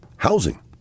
Housing